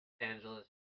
Angeles